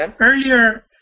earlier